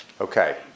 Okay